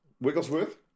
wigglesworth